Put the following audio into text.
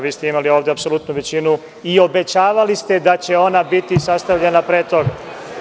Vi ste imali ovde apsolutnu većinu i obećavali ste da će ona biti sastavljena pre toga.